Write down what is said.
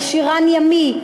מכשירן ימי,